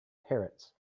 parrots